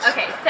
Okay